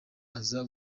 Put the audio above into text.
aza